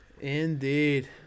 Indeed